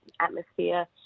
atmosphere